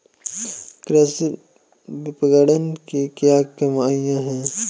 कृषि विपणन की क्या कमियाँ हैं?